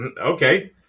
Okay